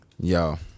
yo